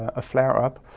a flare up,